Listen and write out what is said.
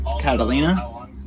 Catalina